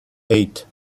eight